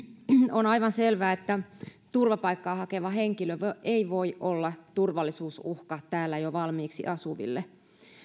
on aivan selvää että turvapaikkaa hakeva henkilö ei voi olla turvallisuusuhka täällä jo valmiiksi asuville